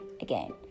again